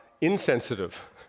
insensitive